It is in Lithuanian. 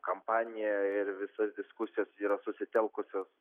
kampanija ir visos diskusijos yra susitelkusios